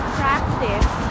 practice